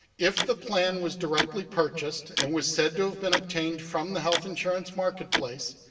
if the plan was directly purchased and was said to have been obtained from the health insurance marketplace,